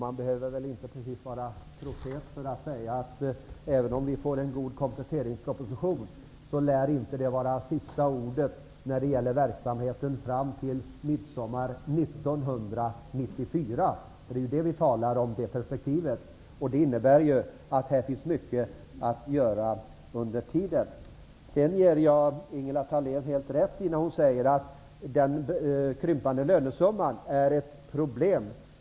Man behöver väl inte precis vara profet för att säga att även om vi får en god kompletteringsproposition så lär inte det vara sista ordet när det gäller verksamheten fram till midsommar 1994, för det är det perspektivet vi talar om. Det innebär ju att här finns mycket att göra under tiden. Sedan ger jag Ingela Thalén helt rätt när hon säger att den krympande lönesumman är ett problem.